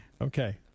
Okay